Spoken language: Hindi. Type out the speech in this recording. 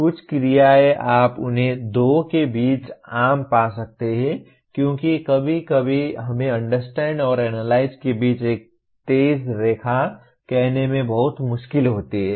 कुछ क्रियाएं आप उन्हें दो के बीच आम पा सकते हैं क्योंकि कभी कभी हमें अंडरस्टैंड और एनालाइज के बीच एक तेज रेखा कहने में बहुत मुश्किल होती है